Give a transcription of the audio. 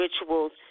rituals